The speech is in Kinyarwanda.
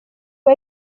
abu